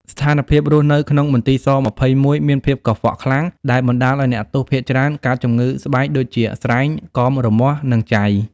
ស្ថានភាពរស់នៅក្នុងមន្ទីរស-២១មានភាពកខ្វក់ខ្លាំង ដែលបណ្តាលឱ្យអ្នកទោសភាគច្រើនកើតជំងឺស្បែកដូចជាស្រែង កមរមាស់ និងចៃ។